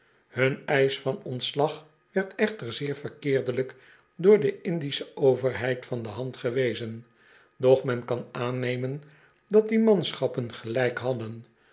hun eisch van ontslag werd echter zeer verkeerdelijk door de indische overheid van de hand gewezen doch men kan aannemen dat die manschappen gelijk hadden